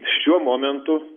šiuo momentu